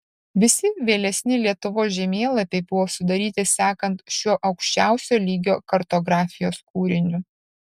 visi vėlesni lietuvos žemėlapiai buvo sudaryti sekant šiuo aukščiausio lygio kartografijos kūriniu